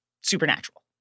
supernatural